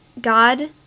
God